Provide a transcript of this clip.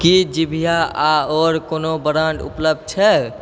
की जीभिया आओर कोनो ब्रांड उपलब्ध छै